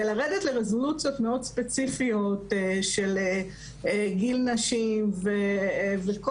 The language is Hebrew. על מנת לרדת לרזולוציות מאוד ספציפיות של גיל נשים וכל